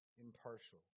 impartial